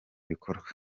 bikorwa